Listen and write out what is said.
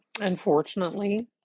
unfortunately